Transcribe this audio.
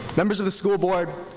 members of the school board,